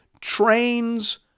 trains